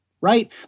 right